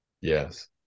Yes